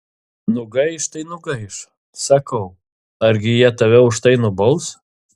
nugaiš tai nugaiš sakau argi jie tave už tai nubaus